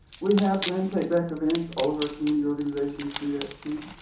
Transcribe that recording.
we have done take back events. all of our community organizations do that, too.